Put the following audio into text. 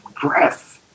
Breath